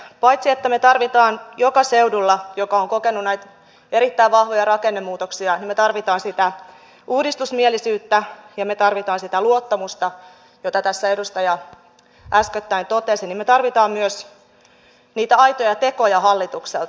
paitsi että me tarvitsemme joka seudulla joka on kokenut näitä erittäin vahvoja rakennemuutoksia sitä uudistusmielisyyttä ja me tarvitsemme sitä luottamusta jonka tässä edustaja äskettäin totesi me tarvitsemme myös niitä aitoja tekoja hallitukselta